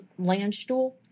Landstuhl